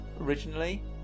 originally